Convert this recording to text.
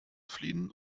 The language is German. fliehen